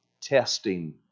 testing